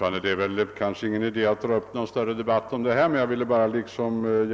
Herr talman! Det är kanske ingen idé att dra upp någon större debatt om detta, men jag ville